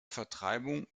vertreibung